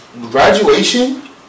graduation